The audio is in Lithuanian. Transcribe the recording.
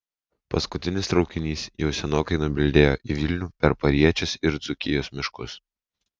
paskutinis traukinys jau senokai nubildėjo į vilnių per pariečės ir dzūkijos miškus